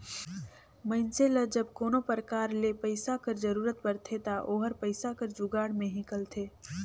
मइनसे ल जब कोनो परकार ले पइसा कर जरूरत परथे ता ओहर पइसा कर जुगाड़ में हिंकलथे